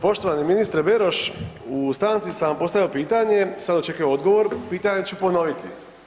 Poštovani ministre Beroš, u stanci sam postavio pitanje, sad očekujem odgovor, pitanje ću ponoviti.